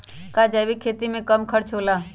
का जैविक खेती में कम खर्च होला?